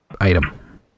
item